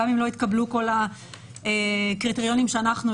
גם אם לא התקבלו כל הקריטריונים שהצענו,